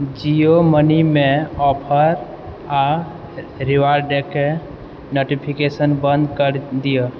जियो मनीमे ऑफर आ रिवार्डकेँ नोटिफिकेशन बन्द करि दियौ